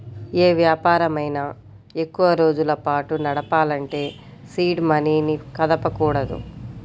యే వ్యాపారమైనా ఎక్కువరోజుల పాటు నడపాలంటే సీడ్ మనీని కదపకూడదు